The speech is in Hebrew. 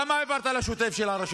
זה קשה כבר לשמוע אותך.